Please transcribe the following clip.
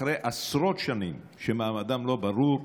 אחרי עשרות שנים שמעמדם לא ברור,